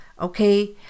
okay